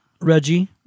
Reggie